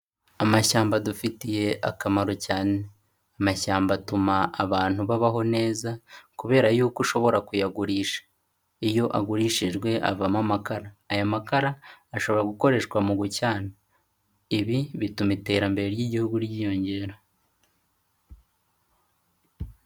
Amashyamba adufitiye akamaro cyane. Amashyamba atuma abantu babaho neza kubera yuko ushobora kuyagurisha. Iyo agurishijwe avamo amakara, aya makara ashobora gukoreshwa mu gucana. Ibi bituma iterambere ry'igihugu ryiyongera.